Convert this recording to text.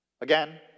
Again